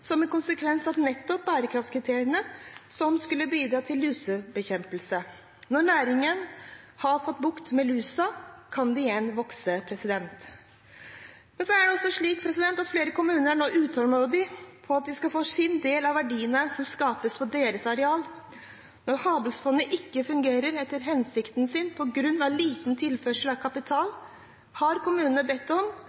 som en konsekvens av nettopp det som går på oppfølging av bærekraftskriteriene, som skulle bidra til lusebekjempelse. Når næringen har fått bukt med lusa, kan den igjen vokse. Flere kommuner er nå utålmodige etter å få sin del av verdiene som skapes på deres areal. Når havbruksfondet ikke fungerer etter hensikten på grunn av liten tilførsel av kapital,